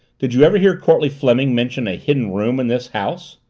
did you ever hear courtleigh fleming mention a hidden room in this house?